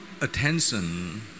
attention